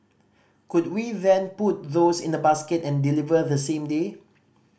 could we then put those in a basket and deliver the same day